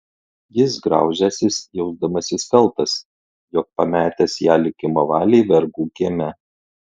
jis graužęsis jausdamasis kaltas jog pametęs ją likimo valiai vergų kieme